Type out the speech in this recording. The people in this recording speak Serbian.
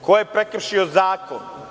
Ko je prekršio zakon?